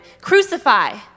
Crucify